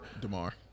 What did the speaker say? DeMar